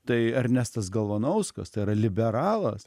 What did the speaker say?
tai ernestas galvanauskas tai yra liberalas